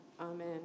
Amen